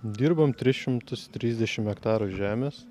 dirbam tris šimtus trisdešim hektarų žemės